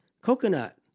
coconut